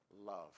love